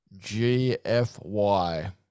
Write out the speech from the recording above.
GFY